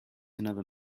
another